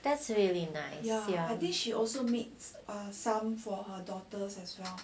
that's really nice